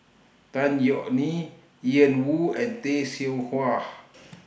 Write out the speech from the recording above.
Tan Yeok Nee Ian Woo and Tay Seow Huah